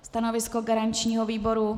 Stanovisko garančního výboru?